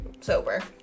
sober